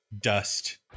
dust